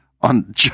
on